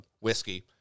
whiskey